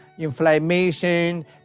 Inflammation